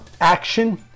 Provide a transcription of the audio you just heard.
action